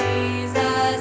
Jesus